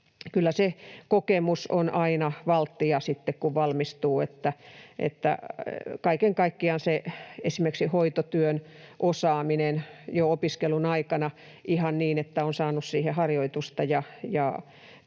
että se kokemus on aina valttia sitten kun valmistuu; kaiken kaikkiaan esimerkiksi hoitotyön osaaminen jo opiskelun aikana, ihan niin, että on saanut siihen harjoitusta